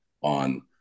on